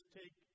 take